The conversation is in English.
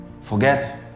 Forget